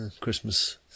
Christmas